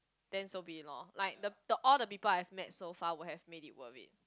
then so be it lor like the the all the people I've met so far would have made it worried